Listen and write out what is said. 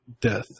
death